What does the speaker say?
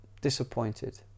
disappointed